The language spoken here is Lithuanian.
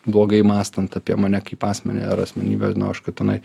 blogai mąstant apie mane kaip asmenį ar asmenybę nu aš kad tenai